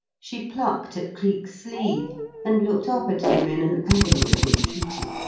she plucked at cleek's sleeve and looked up at him in an agony of entreaty.